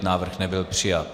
Návrh nebyl přijat.